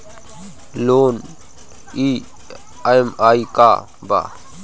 Loan EMI का बा?